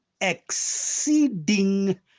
exceeding